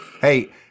Hey